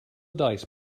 dice